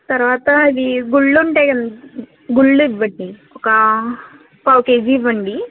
తర్వాత ఇవి గుళ్ళుంటాయి కదండి గుళ్ళివ్వండి ఒక పావుకేజీ ఇవ్వండి